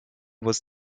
was